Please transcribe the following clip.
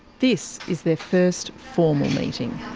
this is their first formal meeting.